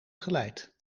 geleid